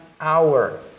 hour